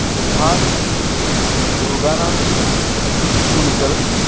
Subhash Durganand Kulkarni